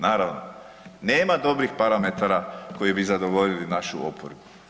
Naravno nema dobrih parametara koji bi zadovoljili našu oporbu.